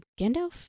Gandalf